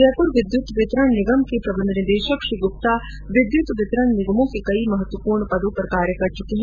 जयपुर विद्युत वितरण निगम के प्रबंध निदेशक श्री ग्रप्ता विद्युत वितरण निगमों में कई महत्वपूर्ण पदों पर कार्य कर चुके है